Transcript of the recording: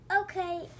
Okay